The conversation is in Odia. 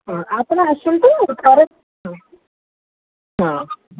ହଁ ଆପଣ ଆସନ୍ତୁ ଥରେ ହଁ